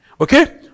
Okay